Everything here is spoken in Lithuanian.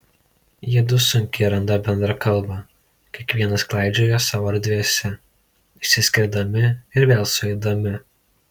jiedu sunkiai randa bendrą kalbą kiekvienas klaidžioja savo erdvėse išsiskirdami ir vėl sueidami